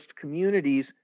communities